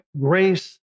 grace